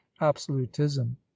absolutism